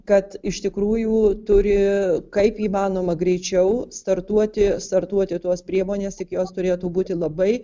kad iš tikrųjų turi kaip įmanoma greičiau startuoti startuoti tos priemonės tik jos turėtų būti labai